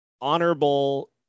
honorable